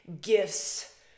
gifts